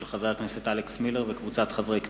של חבר הכנסת דב חנין וקבוצת חברי הכנסת,